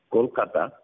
Kolkata